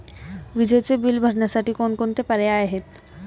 विजेचे बिल भरण्यासाठी कोणकोणते पर्याय आहेत?